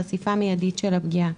חשיפה מיידית של הפגיעה.